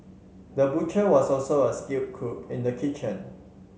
the butcher was also a skill cook in the kitchen